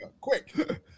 quick